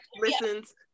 listens